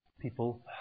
People